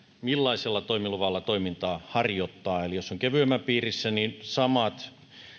millaisella toimiluvalla toimintaa harjoittaa eli jos on kevyemmän piirissä niin samat